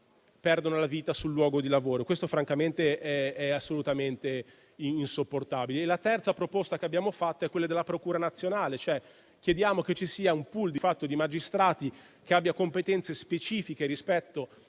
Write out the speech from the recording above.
perdono la vita sul luogo di lavoro: questo, francamente, è insopportabile. La terza proposta che abbiamo avanzato è quella della Procura nazionale, cioè chiediamo che ci sia un *pool* di magistrati che abbia competenze specifiche rispetto